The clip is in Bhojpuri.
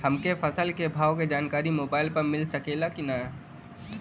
हमके फसल के भाव के जानकारी मोबाइल पर मिल सकेला की ना?